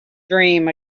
dream